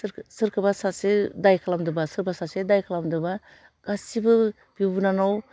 सोर सोरखौबा सासे दाइ खालामदोंबा सोरबा सासेआ दाइ खालामदोंबा गासिबो बिब' बिनानाव